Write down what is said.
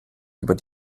über